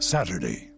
Saturday